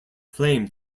flame